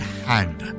hand